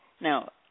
Now